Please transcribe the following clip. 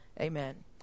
Amen